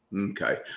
Okay